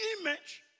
image